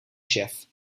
jef